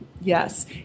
Yes